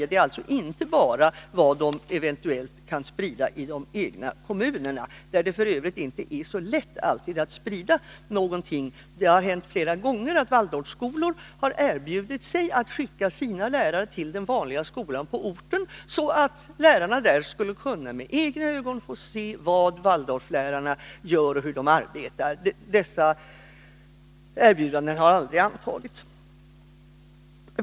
Det är alltså inte bara fråga om att deras idéer kan spridas inom de egna kommunerna, där det f. ö. inte alltid är så lätt att sprida dem. Det har flera gånger hänt att Waldorfskolor har erbjudit sig att skicka sina lärare till den vanliga skolan på orten, så att lärarna där med egna ögon skulle kunna se vad Waldorflärarna gör och hur de arbetar. Dessa erbjudanden har aldrig antagits.